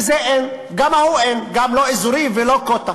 ואת זה אין, וגם את ההוא אין, לא אזורי ולא קווטה.